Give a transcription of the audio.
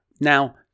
Now